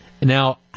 Now